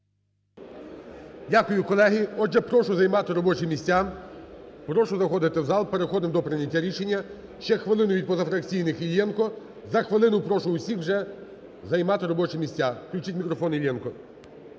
Дякую, колеги. Отже, прошу займати робочі місця. Прошу заходити в зал. Переходимо до прийняття рішення. Ще хвилину від позафракційних Іллєнко. За хвилину прошу всіх вже займати робочі місця. Включіть мікрофон Іллєнку.